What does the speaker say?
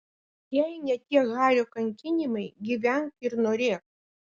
jei ne tie hario kankinimai gyvenk ir norėk